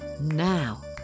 Now